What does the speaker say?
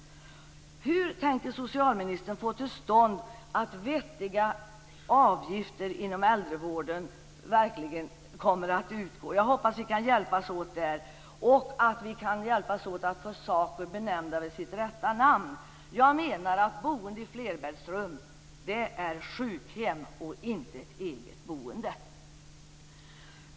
Hur tänker socialministern få till stånd vettiga avgifter i äldrevården? Jag hoppas vi kan hjälpas åt med det och att vi kan få saker benämnda vid deras rätta namn. Jag menar att boende i flerbäddsrum är sjukhem och inte eget boende!